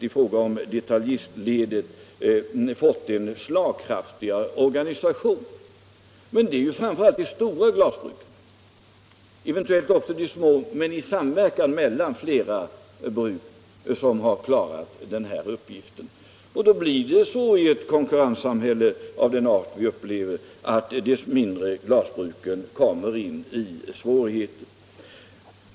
Inte minst i detaljistledet har företagen fått en slagkraftigare organisation. Men det är framför allt de stora glasbruken och eventuellt också flera små bruk i samverkan som klarat denna uppgift. I det konkurrenssamhälle vi har får de små glasbruken i en sådan situation svårigheter.